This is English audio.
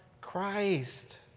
Christ